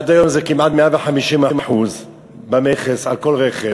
עד היום זה כמעט 150% במכס על כל רכב,